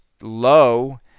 low